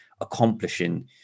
accomplishing